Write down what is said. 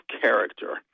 character